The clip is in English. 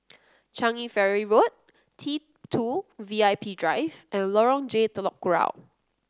Changi Ferry Road T two V I P Drive and Lorong J Telok Kurau